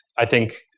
i think,